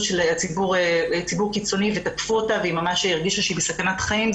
של ציבור שתקף אותה והיא הרגישה שהיא ממש בסכנת חיים.